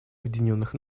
объединенных